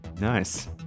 Nice